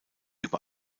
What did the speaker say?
über